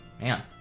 Man